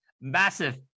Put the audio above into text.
massive